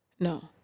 No